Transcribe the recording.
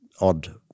odd